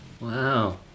Wow